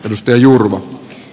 risto juurmaa